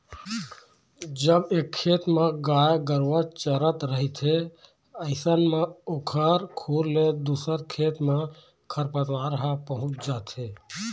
जब एक खेत म गाय गरुवा चरत रहिथे अइसन म ओखर खुर ले दूसर खेत म खरपतवार ह पहुँच जाथे